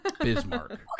Bismarck